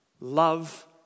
love